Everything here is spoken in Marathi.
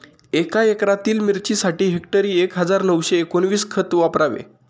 एका एकरातील मिरचीसाठी हेक्टरी एक हजार नऊशे एकोणवीस खत वापरावे